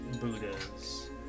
Buddha's